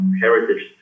heritage